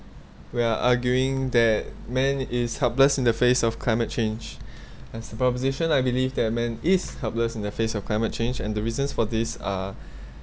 we're arguing that man is helpless in the face of climate change and as the proposition I believe that man is helpless in the face of climate change and the reasons for this are